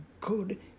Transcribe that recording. good